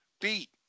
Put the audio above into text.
beat